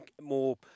more